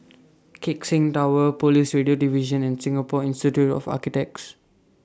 Keck Seng Tower Police Radio Division and Singapore Institute of Architects